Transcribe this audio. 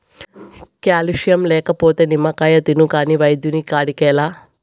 calcium లేకపోతే నిమ్మకాయ తిను కాని వైద్యుని కాడికేలా